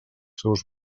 seus